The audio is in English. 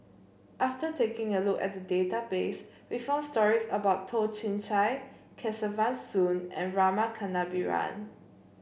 after taking a look at the database we found stories about Toh Chin Chye Kesavan Soon and Rama Kannabiran